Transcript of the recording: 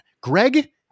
Greg